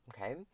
Okay